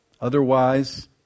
Otherwise